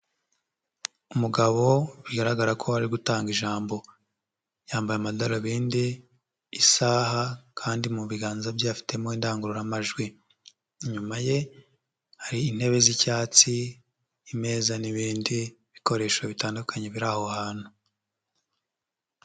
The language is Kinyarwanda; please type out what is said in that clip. Umugabo bigaragara ko ari gutanga ijambo, yambaye amadarubindi, isaha kandi mu biganza bye afitemo indangururamajwi, inyuma ye hari intebe z'icyatsi, imeza n'ibindi bikoresho bitandukanye biri aho hantu.